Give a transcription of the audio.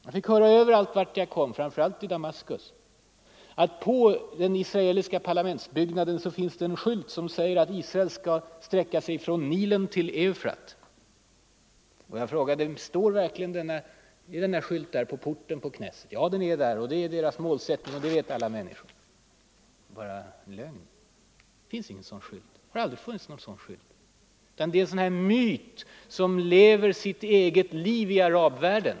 Jag fick höra vart jag än kom, framför allt i Damaskus, att det på den israeliska parlamentsbyggnaden finns en skylt som säger att Israel skall sträcka sig ”från Nilen till Eufrat.” Jag frågade: står verkligen denna skylt på porten till Knesset? Ja, den är där. ”Från Nilen till Eufrat” är deras målsättning det vet alla människor, försäkrade man mig. Men detta är bara lögn. Det finns inte någon sådan skylt. Det har heller aldrig funnits någon sådan skylt. Det är en myt, som lever sitt eget liv i arabvärlden.